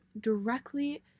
directly